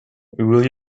will